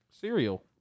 cereal